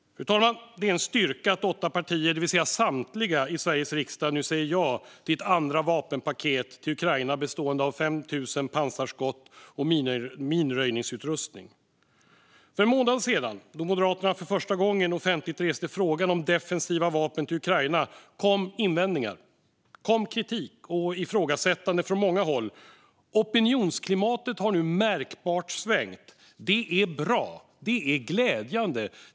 Fru talman! Det är en styrka att åtta partier, det vill säga samtliga, i Sveriges riksdag nu säger ja till ett andra vapenpaket till Ukraina bestående av 5 000 pansarskott och minröjningsutrustning. För en månad sedan, då Moderaterna för första gången offentligt reste frågan om defensiva vapen till Ukraina, kom invändningar, kritik och ifrågasättanden från många håll. Opinionsklimatet har nu märkbart svängt. Det är bra och glädjande.